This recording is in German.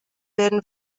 werden